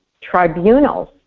tribunals